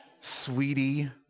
Sweetie